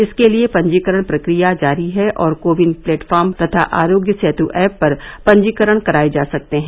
इसके लिए पंजीकरण प्रक्रिया जारी है और को विन प्लेटफॉर्म तथा आरोग्य सेत एप पर पंजीकरण कराये जा सकते हैं